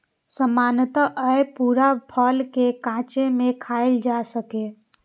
सामान्यतः अय पूरा फल कें कांचे मे खायल जा सकैए